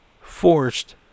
forced